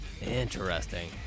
Interesting